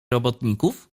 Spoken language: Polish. robotników